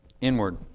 inward